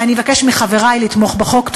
ואני אבקש מחברי לתמוך בחוק.